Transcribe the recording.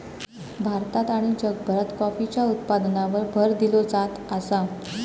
भारतात आणि जगभरात कॉफीच्या उत्पादनावर भर दिलो जात आसा